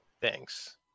Thanks